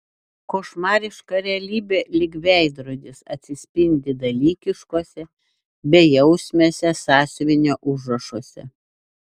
košmariška realybė lyg veidrodis atsispindi dalykiškuose bejausmiuose sąsiuvinio užrašuose